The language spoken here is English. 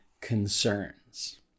concerns